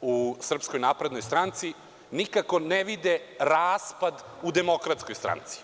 u Srpskoj naprednoj stranci, nikako ne vide raspad u Demokratskoj stranci.